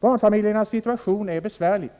Barnfamiljernas situation är besvärlig.